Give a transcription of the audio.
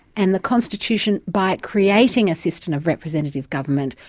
and the constitution, by creating a system of representative government,